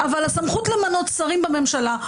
אבל הסמכות למנות שרים בממשלה,